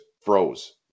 froze